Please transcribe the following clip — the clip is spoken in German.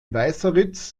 weißeritz